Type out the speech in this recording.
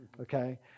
okay